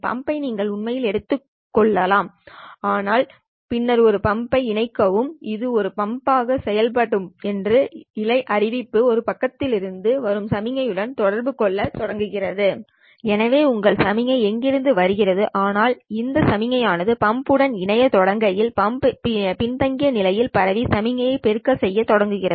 பம்பை நீங்கள் உண்மையில் எடுத்துக்கொள்ளலாம் பின்னர் இந்த பம்பை இணைக்கவும் இது ஒரு பம்பாக செயல்படும் என்று இழை அறிவிப்பு இந்த பக்கத்திலிருந்து வரும் சமிக்ஞைவுடன் தொடர்பு கொள்ளத் தொடங்குகிறது எனவே உங்கள் சமிக்ஞை எங்கிருந்து வருகிறது ஆனால் இந்த சமிக்ஞைகள் ஆனது பம்ப் உடன் இணையத் தொடங்குகையில் பம்ப் பின்தங்கிய நிலையில் பரவி சமிக்ஞை ஐ பெருக்க செய்யத் தொடங்குகிறது